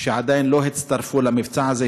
שעדיין לא הצטרפו למבצע הזה,